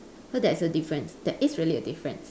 so there's a difference there is really a difference